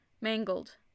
mangled